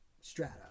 strata